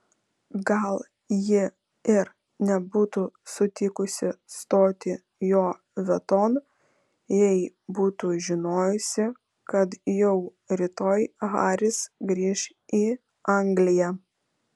gal ji ir nebūtų sutikusi stoti jo vieton jei būtų žinojusi kad jau rytoj haris grįš į angliją